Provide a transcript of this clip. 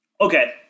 Okay